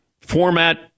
Format